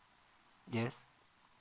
yes